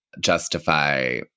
justify